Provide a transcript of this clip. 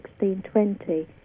1620